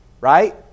right